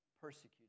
Persecuted